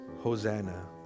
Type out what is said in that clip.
Hosanna